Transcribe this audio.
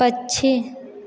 पक्षी